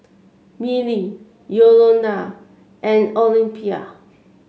Milly Yolonda and Olympia